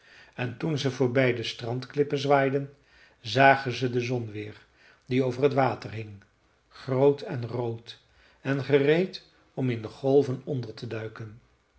en toen ze voorbij de strandklippen zwaaiden zagen ze de zon weer die over t water hing groot en rood en gereed om in de golven onder te duiken